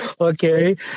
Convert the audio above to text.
Okay